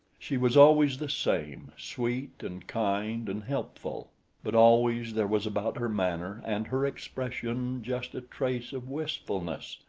she was always the same sweet and kind and helpful but always there was about her manner and her expression just a trace of wistfulness,